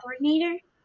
coordinator